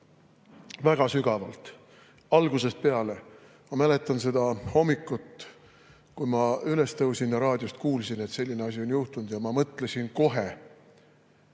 väga sügavalt, algusest peale. Ma mäletan seda hommikut, kui ma üles tõusin ja raadiost kuulsin, et selline asi on juhtunud. Ma mõtlesin kohe